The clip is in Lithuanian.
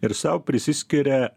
ir sau prisiskiria